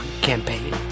campaign